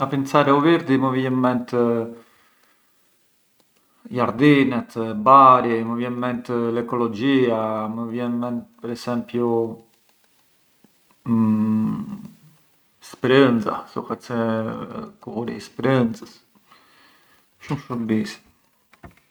Mua më përqen më shumë të bunj një pasjat e jo të rrjedh, përçë lodhem më pak, rilassarem, rri belu trankuilu, ngë dërsinj, ngë kam mbzonjë të bunj a doccia dopu e rri mirë, jecjëm dal e dal, rrojë vendin te ku jem, shohjëm malin, shohjëm laghun e gjith atë çë do jetë.